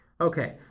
Okay